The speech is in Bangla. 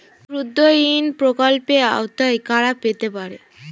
ক্ষুদ্রঋণ প্রকল্পের আওতায় কারা পড়তে পারে?